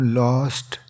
lost